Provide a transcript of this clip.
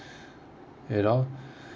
you know